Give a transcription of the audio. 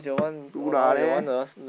two lah there